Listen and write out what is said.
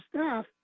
staff